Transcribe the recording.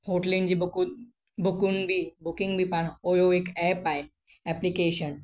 होटलियुनि जी बुकूं बुकुनि बि बुकिंग बि पाण ओयो हिक ऐप आहे एप्लीकेशन